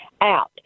out